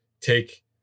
take